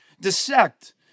dissect